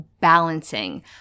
Balancing